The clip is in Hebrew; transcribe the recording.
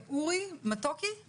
אור מתוקי,